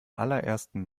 allerersten